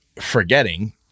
forgetting